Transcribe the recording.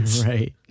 Right